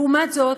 לעומת זאת,